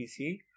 PC